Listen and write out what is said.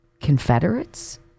Confederates